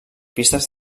pistes